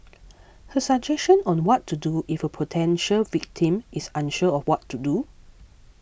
her suggestion on what to do if a potential victim is unsure of what to do